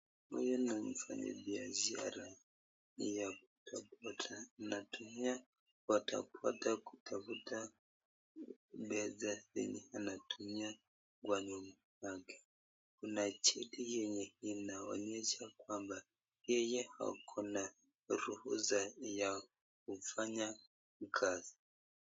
Huyu ni mfanyi biashara ya kutafuta anatumia kupotea potea kutafuta meza yenye anatumika kununua vitu yake . Kuna cheti yenye inaonyesha kwamba yeye akona ruhusa ya kufanya kazi.